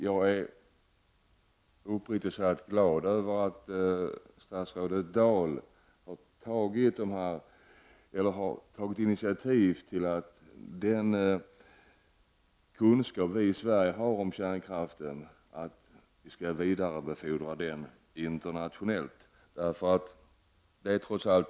Jag är uppriktigt sagt glad över att statsrådet Dahl har tagit initiativ till att vi internationellt skall vidarebefordra den kunskap som vi i Sverige har om kärnkraften.